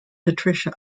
patricia